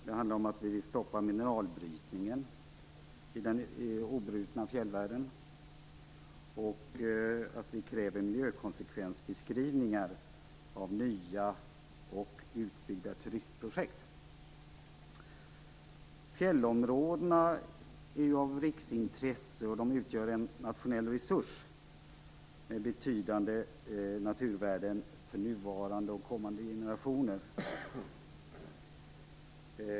Det handlar om att vi vill stoppa mineralbrytningen i den obrutna fjällvärlden och att vi kräver miljökonsekvensbeskrivningar av nya och utbyggda turistprojekt. Fjällområdena är av riksintresse. De utgör en nationell resurs med betydande naturvärden för nuvarande och kommande generationer.